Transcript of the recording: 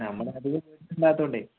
നമ്മൾ നാട്ടിൽ ഇല്ലാത്തതു കൊണ്ടേ